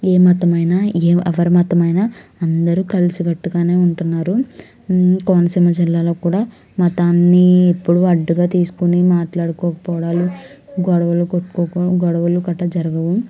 ఏ మతమైనా ఏ ఎవరి మతమైనా అందరు కలిసికట్టుగానే ఉంటున్నారు కోనసీమ జిల్లాలో కూడా మతాన్ని ఎప్పుడు అడ్డుగా తీసుకుని మాట్లాడుకోకపోవడాలు గొడవలు కొట్టుకోక గొడవలు గట్లా జరగవు